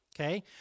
Okay